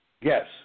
Yes